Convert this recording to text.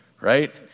right